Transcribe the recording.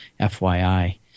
FYI